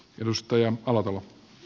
arvoisa puhemies